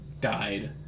died